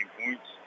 points